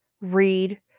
read